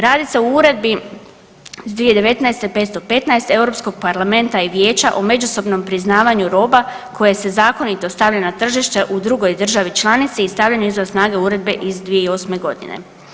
Radi se o Uredbi iz 2019. 515 Europskog parlamenta i Vijeća o međusobnom priznavanju roba koje se zakonito stavlja na tržište u drugoj državi članici i stavlja izvan snage Uredbe iz 2008.godine.